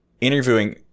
Interviewing